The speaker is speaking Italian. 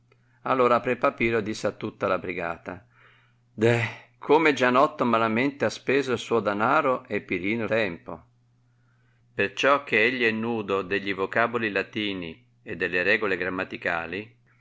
all'ora pre papiro disse a tutta la brigata deh come gianotto malamente ha speso il suo danaro e pirino il tempo perciò che egli è nudo degli vocaboli latini e delle regole grammaticali